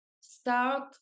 start